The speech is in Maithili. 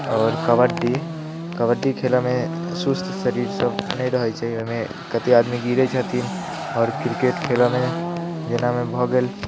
आओर कबड्डी कबड्डी खेलयमे सुस्त शरीर सभ नहि रहैत छै ओहिमे कतेक आदमी गिरैत छथिन आओर क्रिकेट खेलयमे जेनामे भऽ गेल